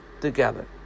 together